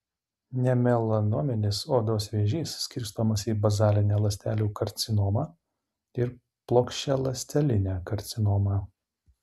nemelanominis odos vėžys skirstomas į bazalinę ląstelių karcinomą ir plokščialąstelinę karcinomą